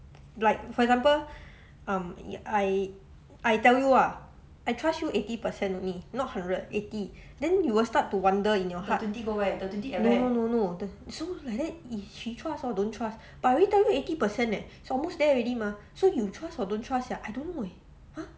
like for example um I I tell you ah I trust you eighty percent only not hundred eighty then you will start to wonder no no no no so like that is she trust or don't trust but I already tell you eighty percent eh is almost there already mah so you trust or don't trust sia I don't know eh